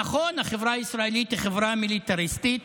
נכון, החברה הישראלית היא חברה מיליטריסטית,